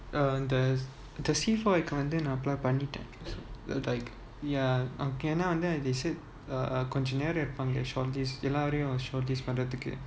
uh the C four வந்துநான்:vanthu naan apply பண்ணிட்டேன்:panniten like ya they said uh கொஞ்சநேரம்இருப்பாங்கள:konja neram irupangala shortlist எல்லாரையும்:ellaraium shortlist பண்றதுக்கு:panrathuku